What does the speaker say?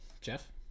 jeff